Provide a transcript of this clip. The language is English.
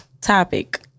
topic